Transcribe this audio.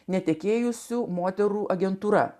netekėjusių moterų agentūra